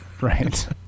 Right